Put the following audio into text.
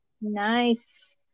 Nice